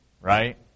right